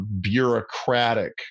bureaucratic